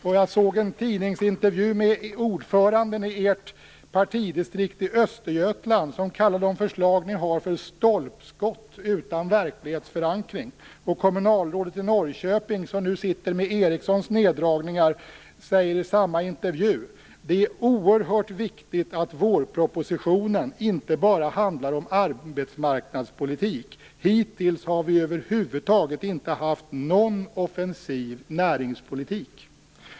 Jag såg också en tidningsintervju med ordföranden i ert partidistrikt i Östergötland, som kallade de förslag ni har för stolpskott utan verklighetsförankring. Kommunalrådet i Norrköping, som nu sitter med Ericssons neddragningar, säger i samma intervju: "Det är oerhört viktigt att vårpropositionen inte bara handlar om arbetsmarknadspolitik. Hittills har vi över huvud taget inte haft någon offensiv näringspolitik."